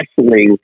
wrestling